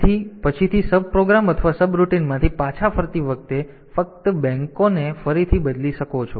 તેથી પછીથી subprogram અથવા સબ રૂટિનમાંથી પાછા ફરતી વખતે તમે ફક્ત બેંકોને ફરીથી બદલી શકો છો